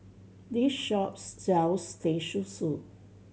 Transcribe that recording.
this shop sells Teh Susu